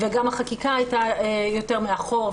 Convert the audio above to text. וגם החקיקה הייתה יותר מאחור,